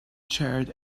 charred